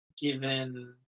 given